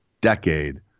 decade